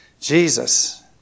Jesus